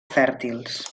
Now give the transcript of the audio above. fèrtils